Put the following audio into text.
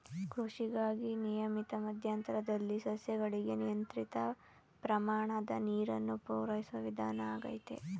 ಕೃಷಿಗಾಗಿ ನಿಯಮಿತ ಮಧ್ಯಂತರದಲ್ಲಿ ಸಸ್ಯಗಳಿಗೆ ನಿಯಂತ್ರಿತ ಪ್ರಮಾಣದ ನೀರನ್ನು ಪೂರೈಸೋ ವಿಧಾನ ಆಗೈತೆ